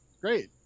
great